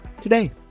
today